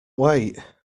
wait